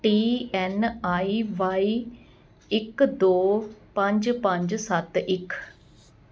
T N I Y ਇੱਕ ਦੋ ਪੰਜ ਪੰਜ ਸੱਤ ਇੱਕ